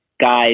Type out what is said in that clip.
guys